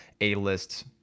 A-list